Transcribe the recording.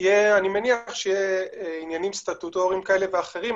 אני מניח שיהיו עניינים סטטוטוריים כאלה ואחרים,